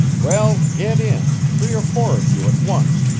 well, get in, three or four of you at once.